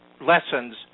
lessons